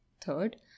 third